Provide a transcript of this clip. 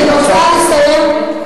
אני רוצה לסכם, זה חשוב.